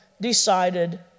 decided